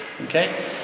Okay